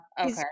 Okay